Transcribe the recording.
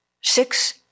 six